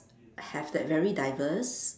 have that very diverse